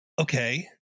okay